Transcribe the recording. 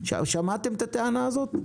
שמעתם את הטענה הזאת?